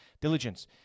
diligence